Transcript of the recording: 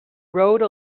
rode